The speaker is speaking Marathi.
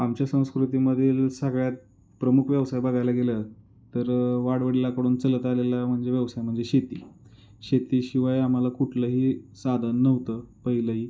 आमच्या संस्कृतीमधील सगळ्यात प्रमुख व्यवसाय बघायला गेलं तर वाडवडलांकडून चलत आलेला म्हणजे व्यवसाय म्हणजे शेती शेतीशिवाय आम्हाला कुठलंही साधन नव्हतं पहिलंही